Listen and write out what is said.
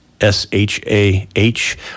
S-H-A-H